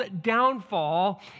downfall